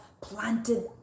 planted